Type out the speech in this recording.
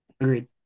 agreed